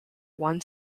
one